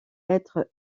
être